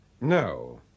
No